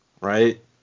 Right